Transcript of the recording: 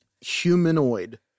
humanoid